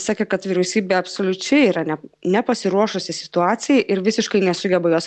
sakė kad vyriausybė absoliučiai yra ne nepasiruošusi situacijai ir visiškai nesugeba jos